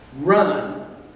run